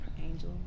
Angel